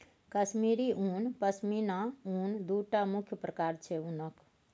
कश्मीरी उन, पश्मिना उन दु टा मुख्य प्रकार छै उनक